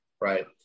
right